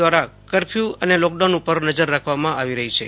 દ્વારા કરફ્યુ અને લોકડાઉન ઉપર નજર રાખવામાં આવી રહી છે